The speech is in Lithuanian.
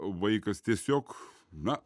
vaikas tiesiog na